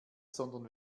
sondern